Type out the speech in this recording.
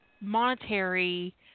monetary